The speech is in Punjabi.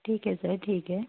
ਠੀਕ ਹੈ ਸਰ ਠੀਕ ਹੈ